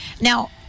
Now